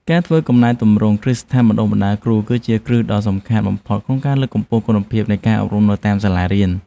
ការធ្វើកំណែទម្រង់គ្រឹះស្ថានបណ្តុះបណ្តាលគ្រូគឺជាគ្រឹះដ៏សំខាន់បំផុតក្នុងការលើកកម្ពស់គុណភាពនៃការអប់រំនៅតាមសាលារៀន។